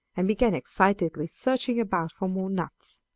and began excitedly searching about for more nuts.